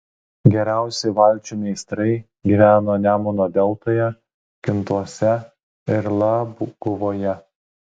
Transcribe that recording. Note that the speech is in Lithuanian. geriausi valčių meistrai gyveno nemuno deltoje kintuose ir labguvoje